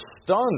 stunned